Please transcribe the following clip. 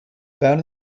found